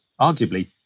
arguably